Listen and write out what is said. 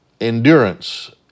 endurance